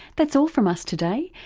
that's all from us today,